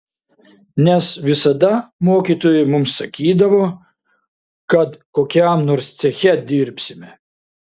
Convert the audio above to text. nes visada mokytojai mums sakydavo kad kokiam nors ceche dirbsime